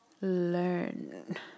learn